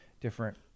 different